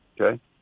Okay